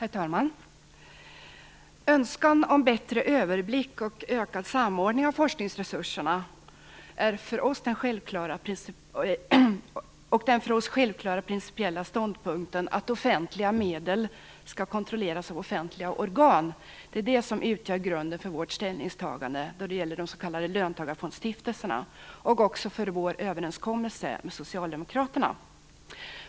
Herr talman! Önskan om bättre överblick och ökad samordning av forskningsresurserna är för oss den självklara och principiella ståndpunkten - offentliga medel skall kontrolleras av offentliga organ. Det är det som utgör grunden för vårt ställningstagande då det gäller de s.k. löntagarfondsstiftelserna och också för vår överenskommelse med Socialdemokraterna.